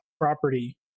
property